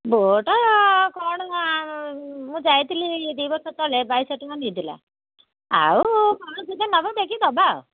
boat କ'ଣ ମୁଁ ଯାଇଥିଲି ଏଇ ଦୁଇବର୍ଷ ତଳେ ବାଇଶହଟଙ୍କା ନେଇଥିଲା ଆଉ କ'ଣ କିସ ନେବ ଦେଖିକି ଦେବା